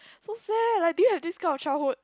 so sad like do you have this kind of childhood